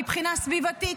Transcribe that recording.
מבחינה סביבתית,